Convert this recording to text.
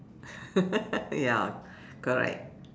ya correct